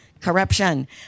Corruption